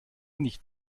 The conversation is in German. nicht